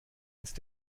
ist